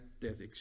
death